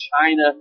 China